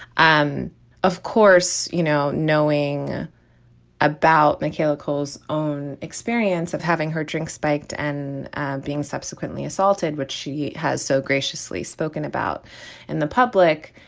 um of course, you know, knowing about callicles own experience of having her drink spiked and being subsequently assaulted, which she has so graciously spoken about in the public,